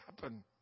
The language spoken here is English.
happen